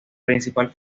principal